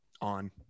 On